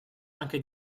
anche